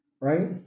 right